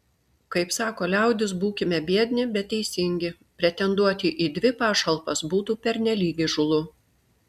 kaip sako liaudis būkime biedni bet teisingi pretenduoti į dvi pašalpas būtų pernelyg įžūlu